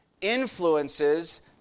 influences